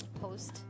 post